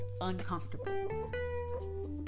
uncomfortable